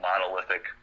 monolithic